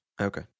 Okay